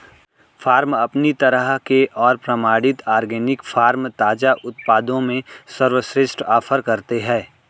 farm अपनी तरह के और प्रमाणित ऑर्गेनिक फ़ार्म ताज़ा उत्पादों में सर्वश्रेष्ठ ऑफ़र करते है